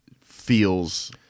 feels